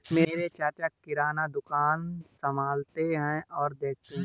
मेरे चाचा किराना दुकान संभालते और देखते हैं